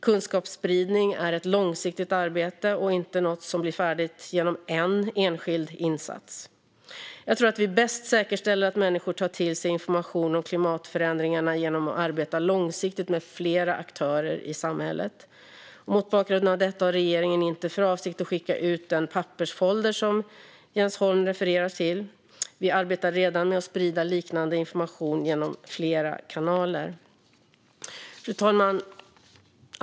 Kunskapsspridning är ett långsiktigt arbete och inte något som blir färdigt genom en enskild insats. Jag tror att vi bäst säkerställer att människor tar till sig information om klimatförändringarna genom att arbeta långsiktigt med flera aktörer i samhället. Mot bakgrund av detta har regeringen inte för avsikt att skicka ut den pappersfolder som Jens Holm refererar till. Vi arbetar redan med att sprida liknande information genom flera kanaler. Fru talman!